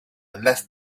unless